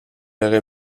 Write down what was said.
aurait